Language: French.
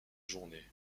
journée